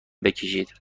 بکشید